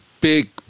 big